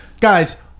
Guys